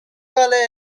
college